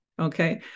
Okay